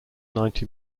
ninety